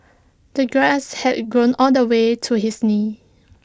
the grass had grown all the way to his knees